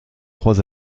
trois